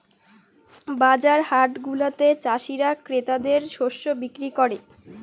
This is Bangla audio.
বাজার হাটগুলাতে চাষীরা ক্রেতাদের শস্য বিক্রি করে